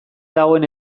dagoen